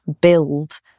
build